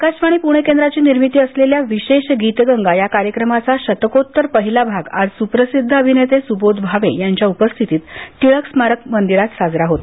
आकाशवाणी प्णे केंद्राचीनिर्मिती असलेल्या विशेष गीतगंगा या कार्यक्रमाचा शतकोत्तर पहिला भाग आज स्प्रसिद्ध अभिनेते सुबोध भावे यांच्या उपस्थितीत टिळक स्मारक मंदिरात साजरा झाला